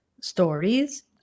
stories